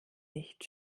nicht